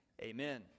amen